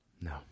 No